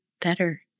better